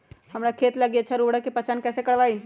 हमार खेत लागी अच्छा उर्वरक के पहचान हम कैसे करवाई?